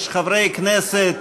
יש חברי כנסת,